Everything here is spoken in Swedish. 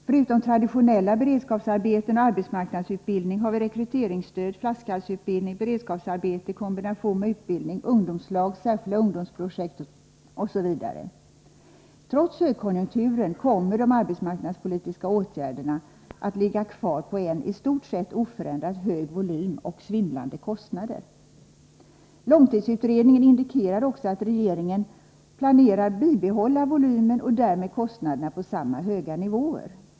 Förutom traditionella beredskapsarbeten och arbetsmarknadsutbildning har vi rekryteringsstöd, flaskhalsutbildning, beredskapsarbete i kombination med utbildning, ungdomslag, särskilda ungdomsprojekt osv. Trots högkonjunkturen kommer de arbetsmarknadspolitiska åtgärderna att ligga kvar på en i stort sett oförändrat hög volym och svindlande kostnader. Långtidsutredningen indikerar också att regeringen planerar att bibehålla volymen och därmed kostnaderna på samma höga nivåer.